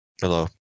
Hello